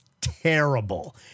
terrible